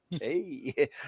hey